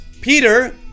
Peter